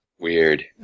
weird